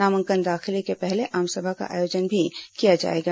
नामांकन दाखिले के पहले आमसभा का आयोजन भी किया जाएगा